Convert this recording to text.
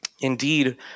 indeed